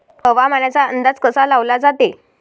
हवामानाचा अंदाज कसा लावला जाते?